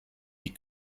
die